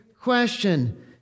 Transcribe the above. question